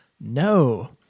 No